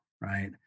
right